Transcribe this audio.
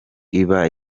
iba